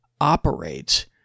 operates